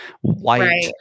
white